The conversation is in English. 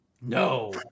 no